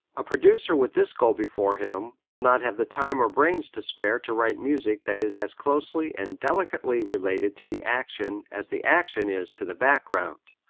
a producer with this goal before him will not have the time or brains to spare to write music that is as closely and delicately related to the action as the action is to the background.